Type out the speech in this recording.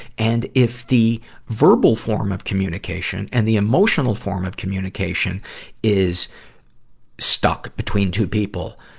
and if the verbal form of communication and the emotional form of communication is stuck between two people,